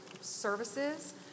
services